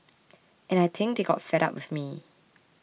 and I think they got fed up with me